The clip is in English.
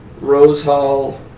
Rosehall